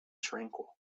tranquil